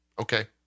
okay